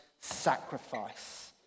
sacrifice